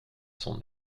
sont